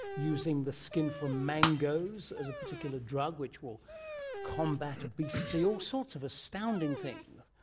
using the skin from mangoes as a particular drug which will combat obesity, all sorts of astounding things.